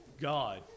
God